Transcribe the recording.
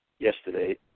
Yesterday